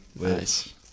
Nice